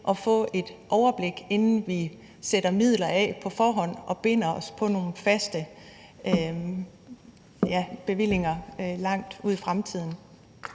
at få et overblik, inden vi sætter midler af på forhånd og binder os på nogle faste bevillinger langt ud i fremtiden.